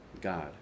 God